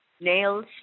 Nails